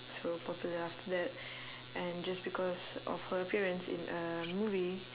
so popular after that and just because of her appearance in a movie